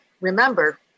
remember